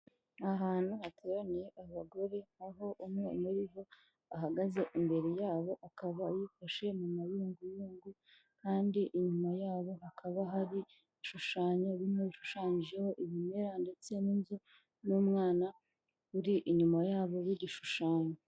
Ahantu hateraniye abagore aho umwe muri bo ahagaze imbere yabo akaba yifashe mu mayunguyungu kandi inyuma yabo hakaba hari ibishushanyo, bimwe bishushanyijeho ibimera ndetse n'inzu n'umwana uri inyuma yabo y'igishushanyo.